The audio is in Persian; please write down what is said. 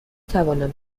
توانم